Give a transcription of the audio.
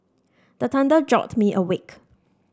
the thunder jolt me awake